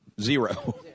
Zero